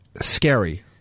scary